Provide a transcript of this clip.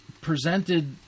presented